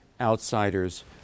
outsiders